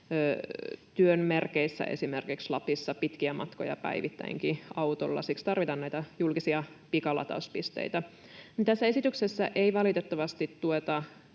työn merkeissä esimerkiksi Lapissa pitkiä matkoja päivittäinkin autolla. Siksi tarvitaan näitä julkisia pikalatauspisteitä. Tässä esityksessä ei valitettavasti tueta